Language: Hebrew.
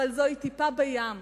אבל זאת טיפה בים.